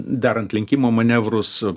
darant lenkimo manevrus